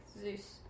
Zeus